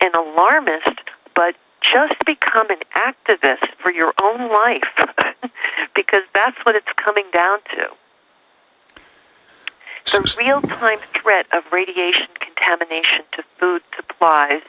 an alarmist but chose to become an activist for your own life because that's what it's coming down to so much real time threat of radiation contamination to food supplies